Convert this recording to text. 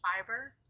fiber